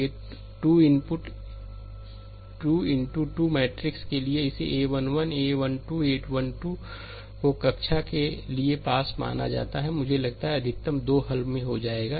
2 into 2 matrix के लिए इसेa 1 1 a 1 2 a 1 2 को कक्षा के लिए पास माना जाता है मुझे लगता है कि अधिकतम 2 में हल हो जाएगा